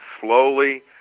slowly